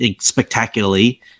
spectacularly